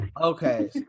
Okay